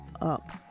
up